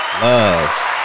Love